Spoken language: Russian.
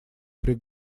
при